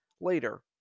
later